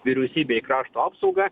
vyriausybė į krašto apsaugą